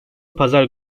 pazar